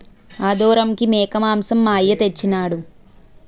ఆదోరంకి మేకమాంసం మా అయ్య తెచ్చెయినాడు